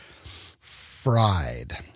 fried